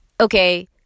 okay